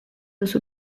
duzu